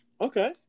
Okay